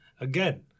again